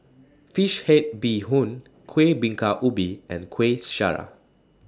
Fish Head Bee Hoon Kueh Bingka Ubi and Kueh Syara